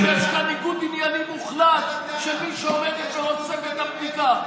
יש כאן ניגוד עניינים מוחלט של מי שעומדת בראש צוות הבדיקה.